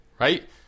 right